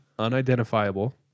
unidentifiable